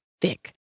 thick